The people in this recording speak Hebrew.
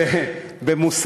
כבוד